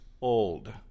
old